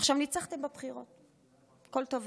עכשיו, ניצחתם בבחירות, הכול טוב ויפה.